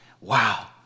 Wow